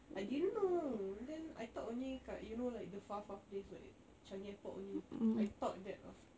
I didn't know then I thought only kat you know only like the far far place like changi airport only I thought that lah